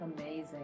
Amazing